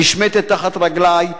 נשמטת מתחת רגלי,